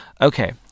Okay